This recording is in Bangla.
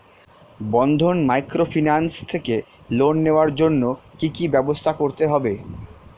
বন্ধন মাইক্রোফিন্যান্স থেকে লোন নেওয়ার জন্য কি কি ব্যবস্থা করতে হবে?